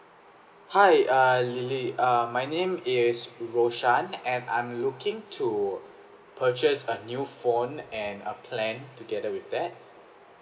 hi err lily uh my name is roshan and I'm looking to purchase a new phone and a plan together with that